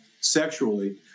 sexually